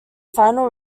final